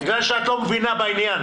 בגלל שאת לא מבינה בעניין.